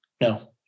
No